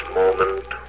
moment